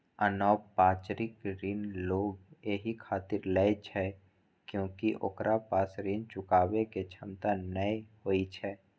अनौपचारिक ऋण लोग एहि खातिर लै छै कियैकि ओकरा पास ऋण चुकाबै के क्षमता नै होइ छै